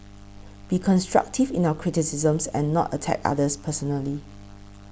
be constructive in our criticisms and not attack others personally